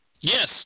Yes